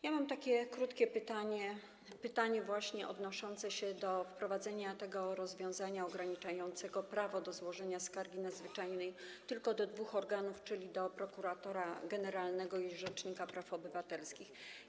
Ja mam takie krótkie pytanie - pytanie właśnie odnoszące się do wprowadzenia rozwiązania ograniczającego prawo do złożenia skargi nadzwyczajnej tylko do dwóch organów, czyli do prokuratora generalnego i rzecznika praw obywatelskich.